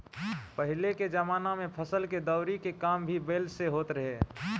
पहिले के जमाना में फसल के दवरी के काम भी बैल से होत रहे